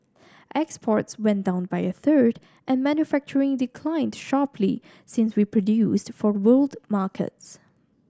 exports went down by a third and manufacturing declined sharply since we produced for world markets